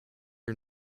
her